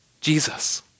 Jesus